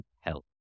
Health